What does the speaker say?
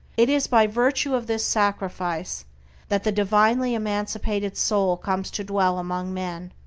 it is by virtue of this sacrifice that the divinely-emancipated soul comes to dwell among men,